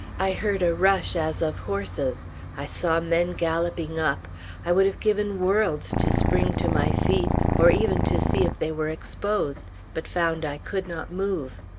i heard a rush as of horses i saw men galloping up i would have given worlds to spring to my feet, or even to see if they were exposed but found i could not move.